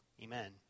Amen